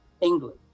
English